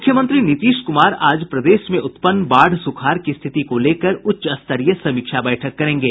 मुख्यमंत्री नीतीश कूमार आज प्रदेश में उत्पन्न बाढ़ सुखाड़ की स्थिति को लेकर उच्चस्तरीय समीक्षा बैठक करेंगे